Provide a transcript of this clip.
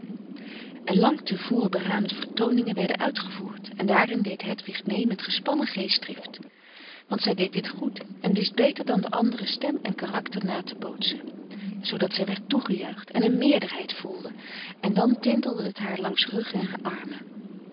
en lang te vr beraamde vertooningen werden uitgevoerd en daarin deed hedwig mee met gespannen geestdrift want zij deed dit goed en wist beter dan de anderen stem en karakter na te bootsen zoodat frederik van eeden van de koele meren des doods zij werd toegejuicht en een meerderheid voelde en dan tintelde het haar langs rug en armen